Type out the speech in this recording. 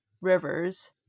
rivers